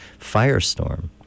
firestorm